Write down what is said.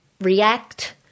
react